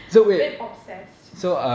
a bit obsessed